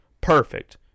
Perfect